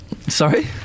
Sorry